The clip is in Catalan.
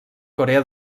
corea